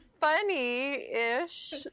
funny-ish